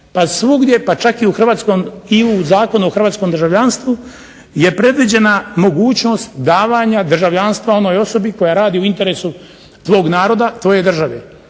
čak i u Hrvatskoj i u Zakonu o hrvatskom državljanstvu je predviđena mogućnost davanja državljanstva onoj osobi koja radi u interesu tvog naroda, tvoje države.